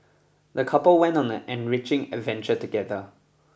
the couple went on an enriching adventure together